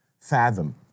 fathom